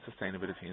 sustainability